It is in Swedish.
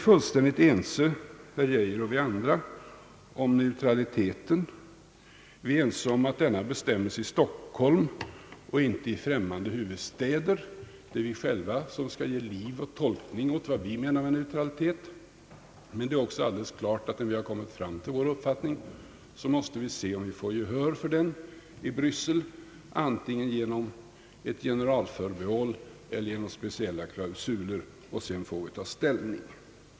Herr Geijer och vi andra är fullständigt ense om neutraliteten — den bestäms i Stockholm och inte i främmande huvudstäder, det är vi själva som skall ge liv och tolkning åt vad vi menar med neutralitet. Men det är också alldeles klart, att när vi har kommit fram till vår uppfattning måste vi se om vi får gehör för den i Bryssel, antingen genom ett generalförbehåll eller genom speciella klausuler; och sedan får vi ta ställning.